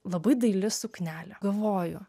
labai daili suknelė galvoju